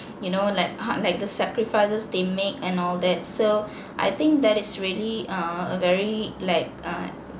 you know like how like the sacrifices they make and all that so I think that is really err a very like err